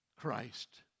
Christ